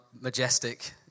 majestic